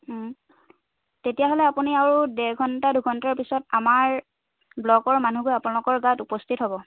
তেতিয়াহ'লে আপুনি আৰু দেৰঘন্টা দুঘন্টাৰ পিছত আমাৰ ব্লকৰ মানুহ গৈ আপোনালোকৰ গাঁৱত উপস্থিত হ'ব